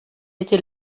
était